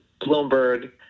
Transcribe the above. Bloomberg